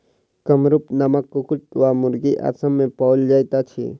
कामरूप नामक कुक्कुट वा मुर्गी असाम मे पाओल जाइत अछि